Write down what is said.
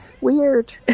weird